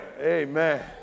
Amen